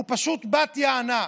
הוא פשוט בת יענה.